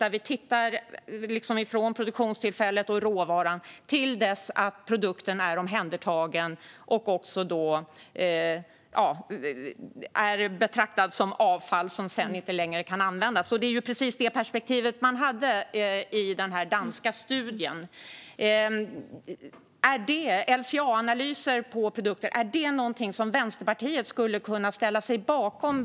Man tittar på det hela från råvarans produktionstillfälle till dess att produkten är omhändertagen och betraktas som avfall och sedan inte längre kan användas. Det var just detta perspektiv man hade i den danska studien. Är LCA-analyser av produkter något som Vänsterpartiet skulle kunna ställa sig bakom?